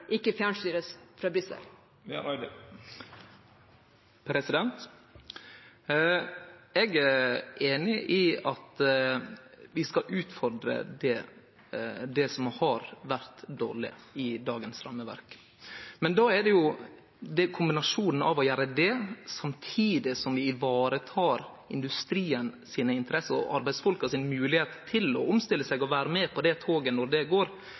Eg er einig i at vi skal utfordre det som har vore dårleg i dagens rammeverk, men då i kombinasjon med samtidig å vareta industrien sine interesser og arbeidsfolk sin moglegheit til å omstille seg og vere med på det toget når det går